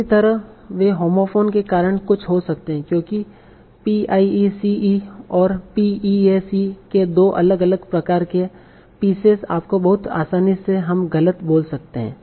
इसी तरह वे होमोफोन के कारण कुछ हो सकते हैं क्योंकि piece और peace के दो अलग अलग प्रकार के pieces आपको बहुत आसानी से हम गलत बोल सकते हैं